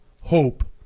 hope